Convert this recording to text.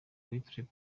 witiriwe